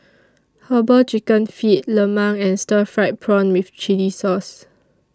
Herbal Chicken Feet Lemang and Stir Fried Prawn with Chili Sauce